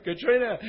Katrina